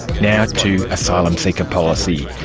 now to asylum seeker policy.